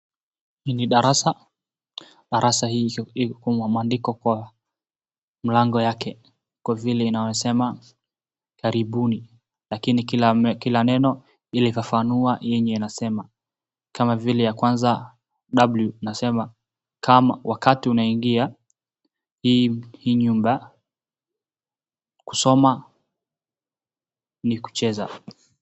Hii ni darasa, darasa hili lina maandiko kwa mlango yake kwa vile inasema Karibuni lakini kila neno likafanua lenye inasema kama vile ya kwanza W inasema, wakati unaingia hii nyumba, kusoma ni kucheza.